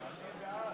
בעד.